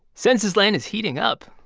censusland is heating up